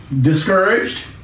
discouraged